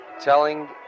telling